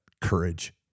courage